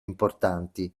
importanti